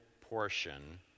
portion